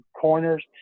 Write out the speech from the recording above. corners